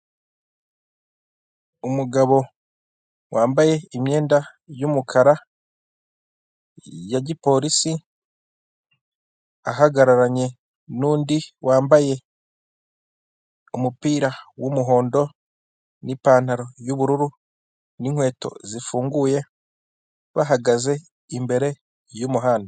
Umugabo wambaye imyenda y'umukara ya giporisi ahagararanye n'undi wambaye umupira w'umuhondo n'ipantaro y'ubururu n'inkweto zifunguye bahagaze imbere y'umuhanda.